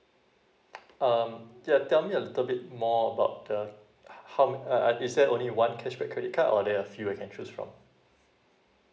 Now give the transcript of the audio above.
um yeah tell me a little bit more about the how um uh is there only one cashback credit card or there are a few that I can choose from